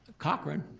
cochran.